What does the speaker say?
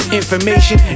information